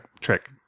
trick